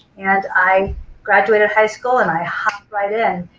and i graduated high school and i hopped right in.